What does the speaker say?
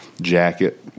jacket